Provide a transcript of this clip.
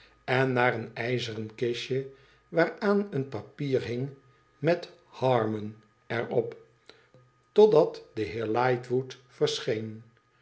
en naar een ijzeren kistje waaraan een papier hing met iharmon er op totdat de heer lightwood verscheen